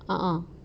ah ah